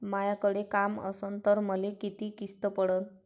मायाकडे काम असन तर मले किती किस्त पडन?